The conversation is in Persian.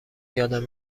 یادم